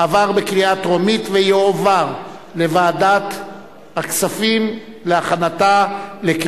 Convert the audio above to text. לדיון מוקדם בוועדת הכספים נתקבלה.